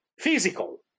physical